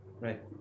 Right